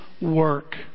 work